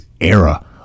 era